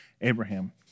Abraham